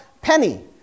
Penny